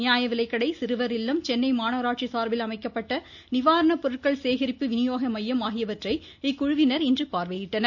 நியாயவிலைக்கடை சிறுவர் இல்லம் சென்னை மாநகராட்சி சார்பில் அமைக்கப்பட்ட நிவாரணப்பொருட்கள் சேகரிப்பு வினியோக மையம் ஆகியவற்றை இக்குழுவினர் இன்று பார்வையிட்டனர்